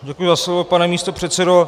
Děkuji za slovo, pane místopředsedo.